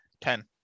Ten